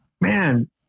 man